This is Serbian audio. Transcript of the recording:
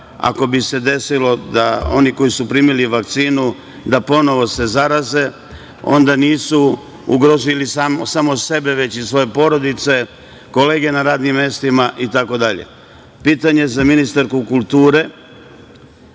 ako bi se desilo da oni koji su primili vakcinu se ponovo zaraze, onda nisu ugrozili samo sebe, već i svoje porodice, kolege na radnim mestima, itd. Pitanje za ministarku kulture